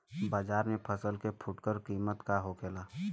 बाजार में फसल के फुटकर कीमत का होखेला?